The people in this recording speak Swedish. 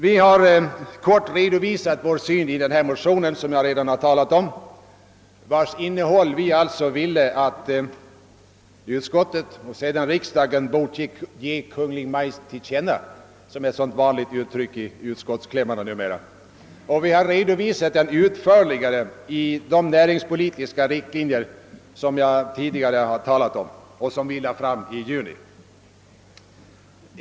Vi har i korthet redovisat vår syn på dessa frågor i vår motion som jag redan har talat om och vars innehåll vi alltså ville att riksdagen skulle ge Kungl. Maj:t till känna. Utförligare har vi redovisat vår inställning i de näringspolitiska riktlinjer som jag tidigare talat om och som vi framlade i juni.